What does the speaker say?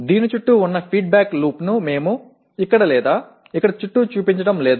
దీని చుట్టూ ఉన్న ఫీడ్బ్యాక్ లూప్ను మేము ఇక్కడ లేదా ఇక్కడ చుట్టూ చూపించడం లేదు